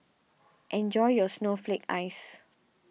enjoy your Snowflake Ice